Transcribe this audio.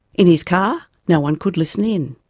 in his car, no one could listen in.